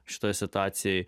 šitoje situacijoje